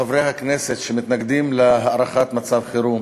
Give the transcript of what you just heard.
וחברי הכנסת שמתנגדים להארכת מצב חירום